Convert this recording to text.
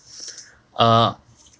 ah